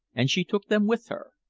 and she took them with her.